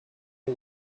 the